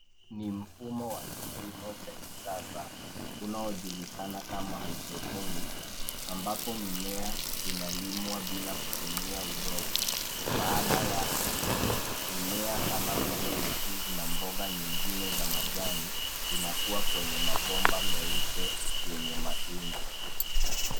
Ni mfumo wa kilimo cha kisasa unaojulikana kama hydroponics ambapo mimea inalimwa bila kutumia udongo baada yake mimea kama vile lettuce na mboga nyingine za majani inakuwa kwenye mabomba meupe yenye matundu